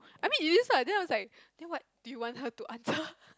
I mean you use [la] then I was like then what do you want her to answer